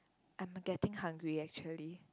I'm getting hungry actually